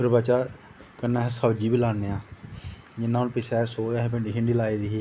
ओह्दे बाद च कन्नै अस सब्ज़ी बी लानै आं जियां पिच्छे सोहै असें भिंडी बी लाई दी ही